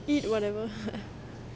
eat whatever